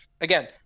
Again